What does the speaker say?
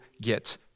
get